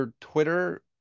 Twitter